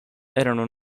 erano